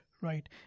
right